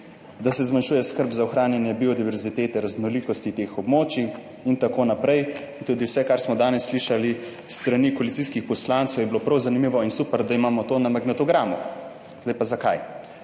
da se zmanjšuje skrb za ohranjanje biodiverzitete, raznolikosti teh območij, in tako naprej, in tudi vse, kar smo danes slišali s strani koalicijskih poslancev je bilo prav zanimivo in super, da imamo to na magnetogramu. Zdaj pa zakaj.